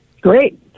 Great